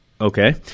Okay